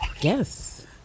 Yes